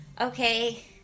Okay